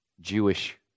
Jewish